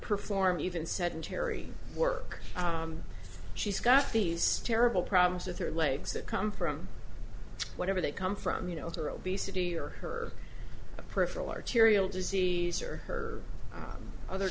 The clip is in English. perform even sedentary work she's got these terrible problems with her legs that come from whatever they come from you know her obesity or her a peripheral arterial disease or her other